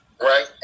right